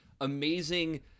amazing